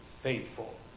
faithful